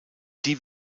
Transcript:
die